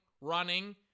running